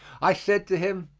i said to him,